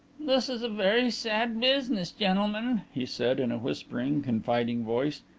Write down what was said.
this is a very sad business, gentlemen, he said, in a whispering, confiding voice.